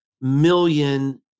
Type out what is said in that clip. million